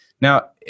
Now